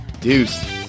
Deuce